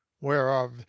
whereof